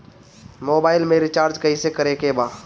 Mobile में recharge कइसे करे के बा?